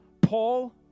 Paul